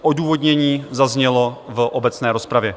Odůvodnění zaznělo v obecné rozpravě.